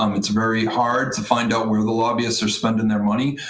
um it's very hard to find out where the lobbyists are spending their money.